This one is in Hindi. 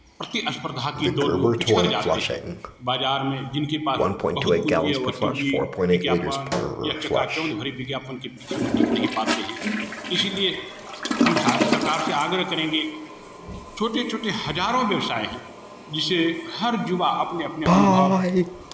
प्रतिस्पर्धा की दौड़ में वो पिछड़ जाते हैं बाज़ार में जिनके पास बहुत पूँजी है वो टी भी विज्ञापन या चकाचौंध भरे विज्ञापन के पीछे वो टिक नहीं पाते हैं इसीलिए हम सर सरकार से आग्रह करेंगे छोटे छोटे हज़ारों व्यवसाय हैं जिसे हर युवा अपने अपने अनुभव